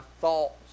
thoughts